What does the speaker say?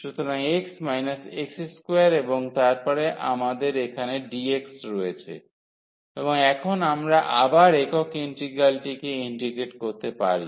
সুতরাং x x2 এবং তারপরে আমাদের এখানে dx রয়েছে এবং এখন আমরা আবার একক ইন্টিগ্রালটিকে ইন্টিগ্রেট করতে পারি